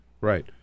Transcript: Right